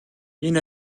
энэ